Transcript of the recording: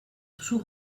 duzu